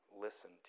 listen